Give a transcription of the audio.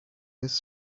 this